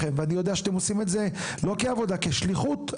שאתם עושים את זה לא כעבודה אלא כשליחות;